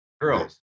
Girls